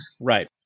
Right